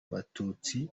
batutsi